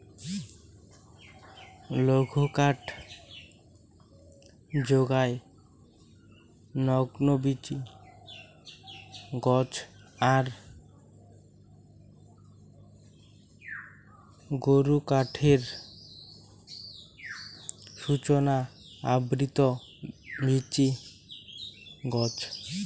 লঘুকাঠ যোগায় নগ্নবীচি গছ আর গুরুকাঠের সূচনা আবৃত বীচি গছ